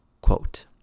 quote